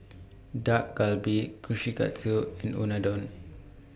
Dak Galbi Kushikatsu and Unadon